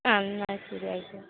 ആ എന്നാല് ശരി ആയിക്കോട്ടെ